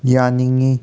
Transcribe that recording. ꯌꯥꯅꯤꯡꯉꯤ